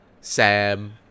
Sam